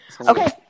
okay